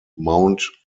mount